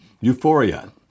Euphoria